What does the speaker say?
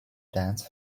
dance